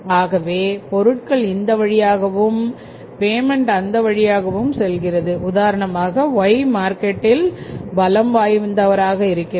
ஆகவே பொருட்கள் இந்த வழியாகவும் பேமெண்ட் அந்த வழியாகவும் செல்கிறது உதாரணமாக Y மார்க்கெட்டில் பலம் வாய்ந்தவராக இருக்கிறார்